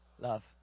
love